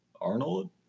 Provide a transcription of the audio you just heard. Arnold